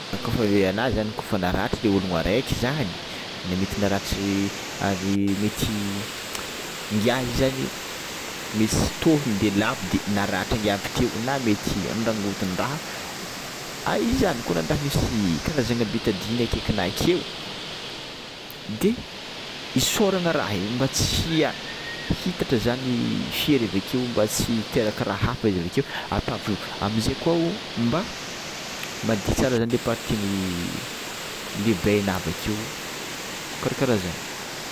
Kôfa renao zany kôfa naratra le ologno araika zany na mety naratra ngiahy io zany misy tohina de lavo de naratra ingiah na mety norangotondraha aiza ko nandraha misy karazana betadine akaikinay akeo, de isôrana raha io mba tsy hitatra zany fery avekeo mba tsy hiteraka raha hafa izy avekeo atao amizay koa mba madio tsara zany le partin'ny le baina avakeo karakara zany.